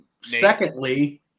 Secondly